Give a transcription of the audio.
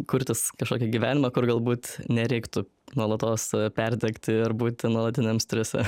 kurtis kažkokį gyvenimą kur galbūt nereiktų nuolatos perdegti ir būti nuolatiniam strese